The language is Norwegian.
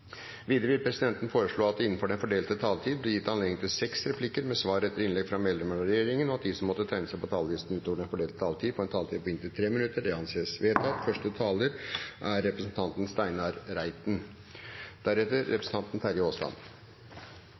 Videre vil presidenten foreslå at det blir gitt anledning til seks replikker med svar etter innlegg fra medlemmer av regjeringen innenfor den fordelte taletid, og at de som måtte tegne seg på talerlisten utover den fordelte taletid, får en taletid på inntil 3 minutter. – Det anses vedtatt.